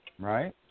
Right